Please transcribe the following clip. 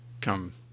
come